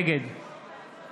נגד